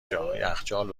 جا، یخچال